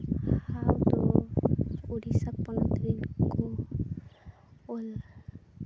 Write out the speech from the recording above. ᱦᱟᱣ ᱫᱚ ᱳᱰᱤᱥᱟ ᱯᱚᱱᱚᱛ ᱨᱮᱱ ᱠᱚ ᱚᱞ